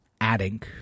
adding